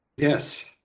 yes